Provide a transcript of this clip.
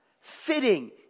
fitting